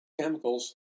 chemicals